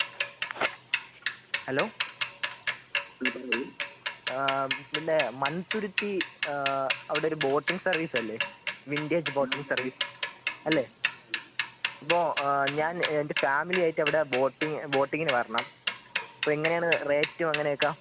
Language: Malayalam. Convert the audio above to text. ഹലോ പിന്നെ മൺതുരുത്തി അവിടെ ഒരു ബോട്ടിംഗ് സർവീസ് അല്ലെ വിൻ്റെജ് ബോട്ടിംഗ് സർവീസ് അല്ലെ അപ്പോൾ ഞാൻ എൻ്റെ ഫാമിലി ആയിട്ട് അവിടെ ബോട്ടിം ബോട്ടിങ്ങിന് വരണം അപ്പോൾ എങ്ങനെ ആണ് റേറ്റും അങ്ങനെയൊക്ക